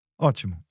Ótimo